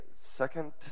second